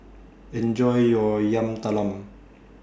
Enjoy your Yam Talam